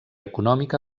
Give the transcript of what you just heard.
econòmica